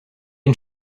and